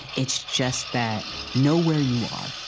it's just that know where you are.